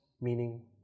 Meaning